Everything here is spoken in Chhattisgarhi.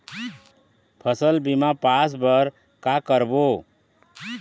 फसल बीमा पास बर का करबो?